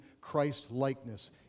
Christ-likeness